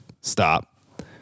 Stop